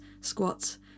squats